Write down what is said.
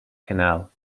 canal